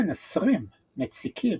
קולות מנסרים, מציקים.